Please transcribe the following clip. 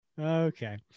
okay